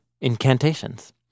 incantations